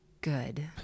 good